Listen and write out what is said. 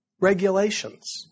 Regulations